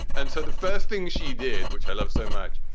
and so the first thing she did, which i love so much,